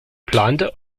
plante